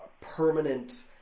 Permanent